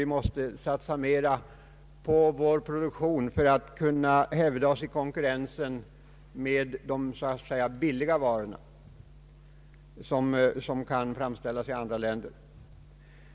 Vi måste satsa mer på marknadsföringen av vår produktion för att kunna hävda oss i konkurrensen med de billigare varor som kan framställas i andra länder.